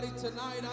tonight